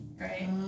right